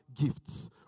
gifts